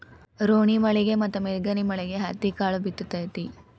ರೋಣಿಮಳಿ ಮತ್ತ ಮಿರ್ಗನಮಳಿಗೆ ಹತ್ತಿಕಾಳ ಬಿತ್ತು ತತಿ